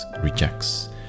rejects